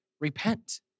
repent